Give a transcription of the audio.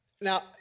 Now